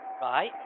Right